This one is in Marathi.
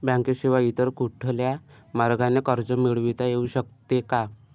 बँकेशिवाय इतर कुठल्या मार्गाने कर्ज मिळविता येऊ शकते का?